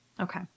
Okay